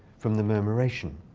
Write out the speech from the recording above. from the murmuration.